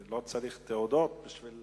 שהיה לו מרץ וחשוב לענות גם בנושא פעילות